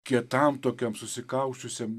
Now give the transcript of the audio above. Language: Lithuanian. kietam tokiam susikausčiusiam